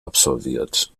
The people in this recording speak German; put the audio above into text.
absolviert